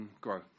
grow